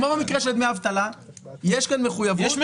כמו במקרה של דמי אבטלה יש מחויבות.